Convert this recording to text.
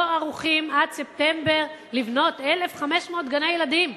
לא ערוכים עד ספטמבר לבנות 1,500 גני-ילדים.